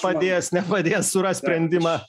padės nepadės suras sprendimą